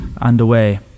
underway